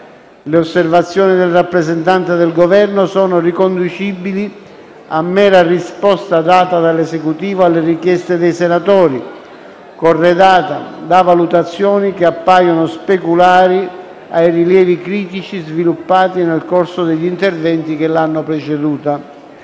Le osservazioni del rappresentante del Governo sono riconducibili a mera risposta data dall'Esecutivo alle richieste dei senatori, corredata da valutazioni che appaiono speculari ai rilievi critici sviluppati nel corso degli interventi che l'hanno preceduta.